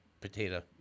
potato